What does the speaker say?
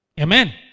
Amen